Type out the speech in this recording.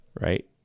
Right